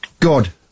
God